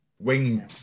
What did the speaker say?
Wing